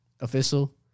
official